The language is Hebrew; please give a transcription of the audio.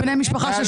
-- בני משפחה,